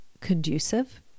conducive